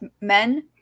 men